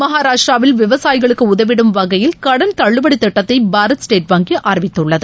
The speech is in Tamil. மகாராஷ்டிராவில் விவசாயிகளுக்கு உதவிடும் வகையில் கடன் தள்ளுபடி திட்டத்தை பாரத் ஸ்டேட் வங்கி அறிவித்துள்ளது